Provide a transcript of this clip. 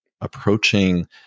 approaching